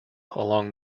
along